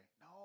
No